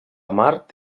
mart